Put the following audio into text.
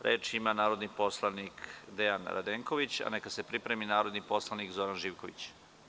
Reč ima narodni poslanik Dejan Radenković, a neka se pripremi narodni poslanik Zoran Živković.